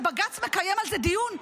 ובג"ץ מקיים על זה דיון.